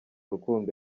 rukundo